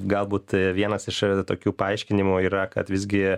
galbūt vienas iš tokių paaiškinimų yra kad visgi